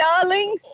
darling